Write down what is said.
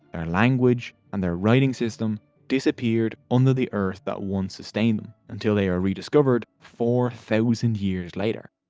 their language, and their writing system disappeared under the earth that once sustained them until they were rediscovered four thousand years later.